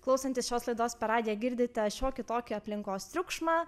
klausantis šios laidos per radiją girdite šiokį tokį aplinkos triukšmą